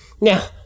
Now